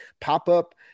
pop-up